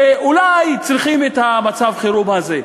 שאולי צריכים את מצב החירום הזה.